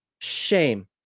Shame